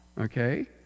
okay